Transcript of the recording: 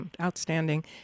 outstanding